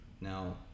Now